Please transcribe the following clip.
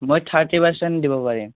মই thirty percent দিব পাৰিম